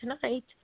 tonight